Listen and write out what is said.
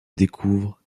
découvre